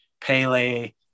Pele